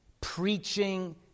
preaching